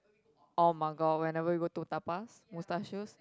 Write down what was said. oh my god whenever we go to Tapas-Mustachio